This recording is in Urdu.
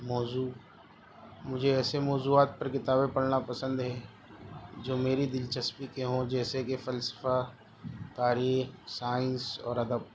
موضوع مجھے ایسے موضوعات پر کتابیں پڑھنا پسند ہے جو میری دلچسپی کے ہوں جیسے کہ فلسفہ تاریخ سائنس اور ادب